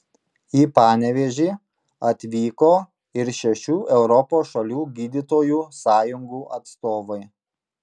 į panevėžį atvyko ir šešių europos šalių gydytojų sąjungų atstovai